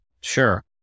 Sure